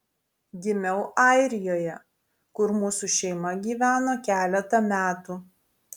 gimiau airijoje kur mūsų šeima gyveno keletą metų